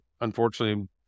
unfortunately